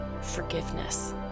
forgiveness